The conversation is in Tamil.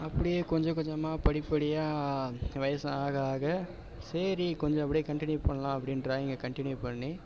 அப்படியே கொஞ்சம் கொஞ்சமாக படிப்படியாக வயசு ஆக ஆக சரி கொஞ்சம் அப்படியே கண்ட்டினியூ பண்ணலாம் அப்படின்னு ட்ராயிங்கை கண்ட்டினியூ பண்ணி